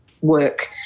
work